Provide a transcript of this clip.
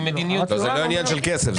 זה לא עניין של כסף.